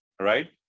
right